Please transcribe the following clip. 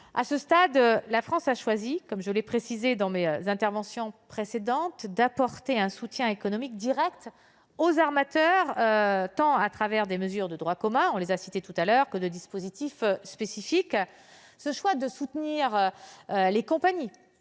À ce stade, la France a choisi- je l'ai précisé lors de mes interventions précédentes -d'apporter un soutien économique direct aux armateurs, tant par le biais des mesures de droit commun que j'ai citées que par celui de dispositifs spécifiques. Ce choix de soutenir les compagnies